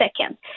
second